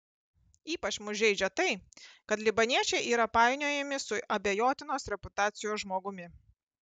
ypač mus žeidžia tai kad libaniečiai yra painiojami su abejotinos reputacijos žmogumi